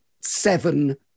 seven